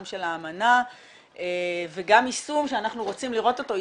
של האמנה וגם יישום שאנחנו רוצים לראות אותו,